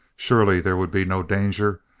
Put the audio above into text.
surely there would be no danger,